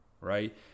right